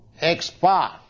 expert